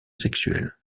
sexuelle